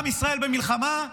עם ישראל במלחמה,